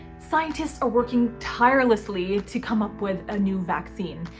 scientists are working tirelessly to come up with a new vaccine.